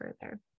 further